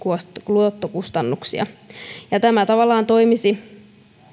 luottokustannuksia tämä tavallaan toimisi